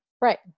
right